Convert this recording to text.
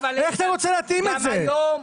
איך אתה רוצה להתאים את זה, אדוני?